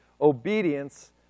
Obedience